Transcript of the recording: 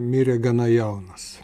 mirė gana jaunas